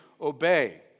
obey